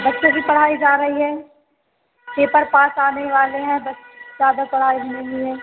बच्चे की पढ़ाई जा रही है पेपर पास आने ही वाले हैं बच्च ज्यादा पढ़ाई भी नहीं हुई है